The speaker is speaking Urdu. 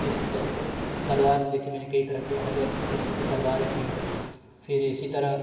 پھر تب پھر تلوار بھی دیکھی میں نے کئی طرح کی الگ الگ قسم کی تلواریں تھیں پھر اسی طرح